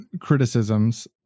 criticisms